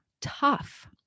tough